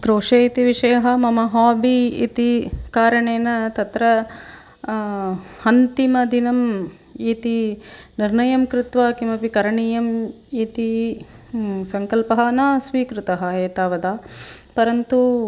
crochet इति विषये मम होबि इति कारणेन तत्र अन्तिमदिनं इति निर्णयं कृत्वा किमपि करणीयम् इति सङ्कल्पः न स्वीकृतः एतावद् परन्तु